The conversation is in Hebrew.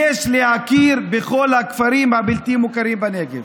יש להכיר בכל הכפרים הבלתי-המוכרים בנגב.